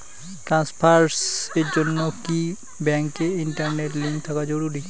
টাকা ট্রানস্ফারস এর জন্য কি ব্যাংকে ইন্টারনেট লিংঙ্ক থাকা জরুরি?